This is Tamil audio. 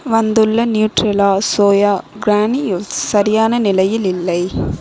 வந்துள்ள நியூட்ரெலா சோயா கிரானியூல்ஸ் சரியான நிலையில் இல்லை